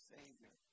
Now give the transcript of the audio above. Savior